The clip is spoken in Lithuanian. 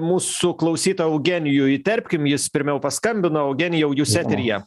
mūsų klausytoją eugenijų įterpkim jis pirmiau paskambino eugenijau jūs eteryje